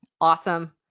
Awesome